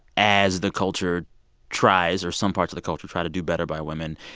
as the culture tries or some parts of the culture try to do better by women,